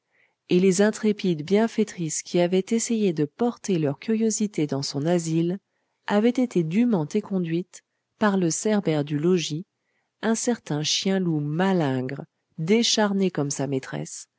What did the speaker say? et les intrépides bienfaitrices qui avaient essayé de porter leur curiosité dans son asile avaient été dûment éconduites par le cerbère du logis un certain chien loup malingre décharné comme sa maîtresse